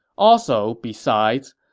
also besides,